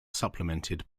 supplemented